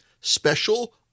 special